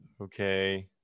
okay